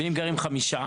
ואם גרים חמישה?